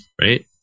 right